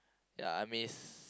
ya I miss